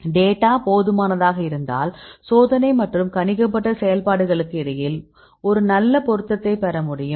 data போதுமானதாக இருந்தால் சோதனை மற்றும் கணிக்கப்பட்ட செயல்பாடுகளுக்கு இடையில் ஒரு நல்ல பொருத்தத்தைப் பெற முடியும்